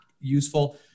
useful